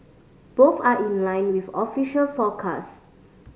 both are in line with official forecast